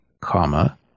comma